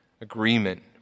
agreement